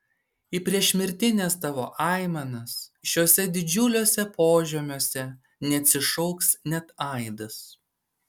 į priešmirtines tavo aimanas šiuose didžiuliuose požemiuose neatsišauks net aidas